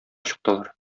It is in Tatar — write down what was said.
чыктылар